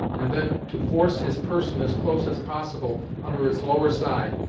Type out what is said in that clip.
and then to force his person as close as possible under its lower side,